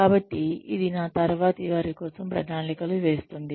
కాబట్టి ఇది నా తర్వాతి వారి కోసం ప్రణాళికలు వేస్తోంది